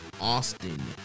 Austin